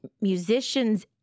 musicians